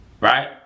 Right